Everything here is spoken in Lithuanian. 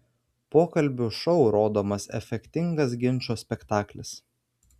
pokalbių šou rodomas efektingas ginčo spektaklis